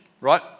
Right